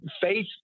faith